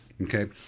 okay